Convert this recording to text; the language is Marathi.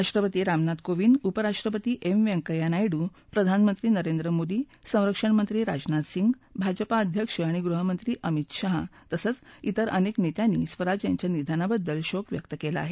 राष्ट्रपती रामनाथ कोविंद उपराष्ट्रपती एम व्यंकय्या नायडू प्रधानमंत्री नरेंद्र मोदी संरक्षणमंत्री राजनाथ सिंग भाजपाअध्यक्ष आणि गृहमंत्री अमित शाह तसंच िवर अनेक नेत्यांनी स्वराज यांच्या निधनाबद्दल शोक व्यक्त केला आहे